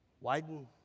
Widen